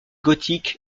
gothique